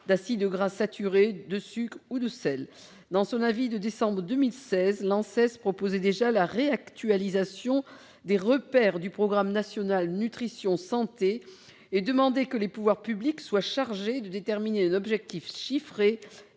d'acides gras saturés, de sucre ou de sel. Dans son avis de décembre 2016, l'ANSES proposait déjà de réactualiser les repères du programme national nutrition santé et demandait que les pouvoirs publics soient chargés de déterminer un objectif de